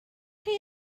chi